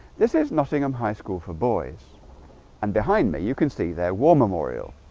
this is nottingham high school for boys and behind me you can see their war memorial.